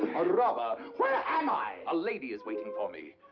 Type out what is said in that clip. robber! where am i? a lady is waiting for me.